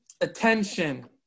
attention